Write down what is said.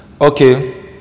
Okay